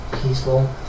peaceful